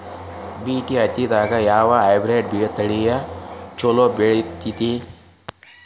BT ಹತ್ತಿದಾಗ ಯಾವ hybrid ತಳಿ ಛಲೋ ಬೆಳಿತೈತಿ?